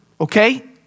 Okay